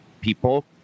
people